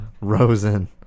Rosen